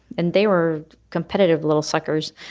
and they were competitive little suckers,